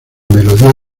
melodía